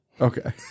Okay